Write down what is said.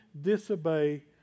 disobey